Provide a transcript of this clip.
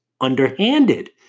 underhanded